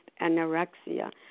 anorexia